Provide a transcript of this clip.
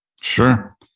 Sure